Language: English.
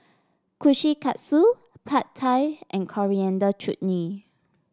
Kushikatsu Pad Thai and Coriander Chutney